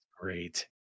great